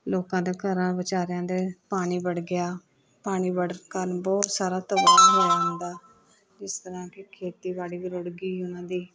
ਲੋਕਾਂ ਦਾ ਘਰਾਂ ਵਿਚਾਰਿਆਂ ਦੇ ਪਾਣੀ ਵੜ੍ਹ ਗਿਆ ਪਾਣੀ ਵੜ੍ਹਣ ਕਾਰਣ ਬਹੁਤ ਸਾਰਾ ਤਬਾਹ ਹੋਇਆ ਹੁੰਦਾ ਜਿਸ ਤਰ੍ਹਾਂ ਕਿ ਖੇਤੀਬਾੜੀ ਵੀ ਰੁੜ੍ਹ ਗਈ ਉਨ੍ਹਾਂ ਦੀ